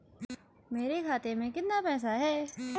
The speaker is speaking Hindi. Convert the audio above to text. मेरे खाते में कितना पैसा है?